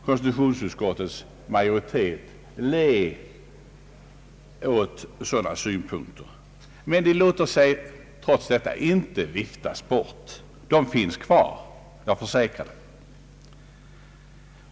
Konstitutionsutskottets majoritet kanske ler åt sådana synpunkter. Men man kan ändå inte vifta bort dessa synpunkter. De finns kvar, jag försäkrar det.